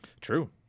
true